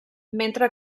mentre